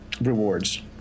rewards